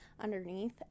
underneath